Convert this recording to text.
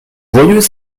joyeux